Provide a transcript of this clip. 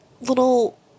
little